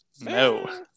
No